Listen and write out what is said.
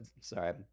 Sorry